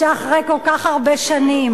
שאחרי כל כך הרבה שנים,